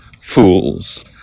fools